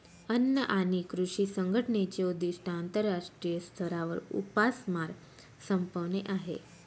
अन्न आणि कृषी संघटनेचे उद्दिष्ट आंतरराष्ट्रीय स्तरावर उपासमार संपवणे आहे